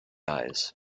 eyes